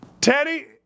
Teddy